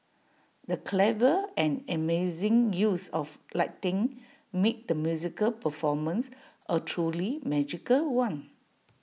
the clever and amazing use of lighting made the musical performance A truly magical one